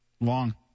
Long